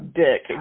dick